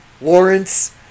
Lawrence